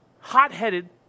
Hot-headed